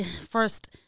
first